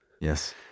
Yes